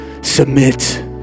submit